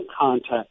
contact